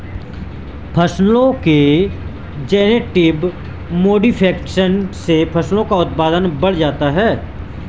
फसलों के genetic modification से फसलों का उत्पादन बढ़ जाता है